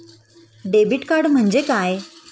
Debit card म्हणजे काय?